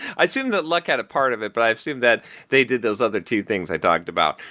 i assume that luck had a part of it, but i assume that they did those other two things i talked about.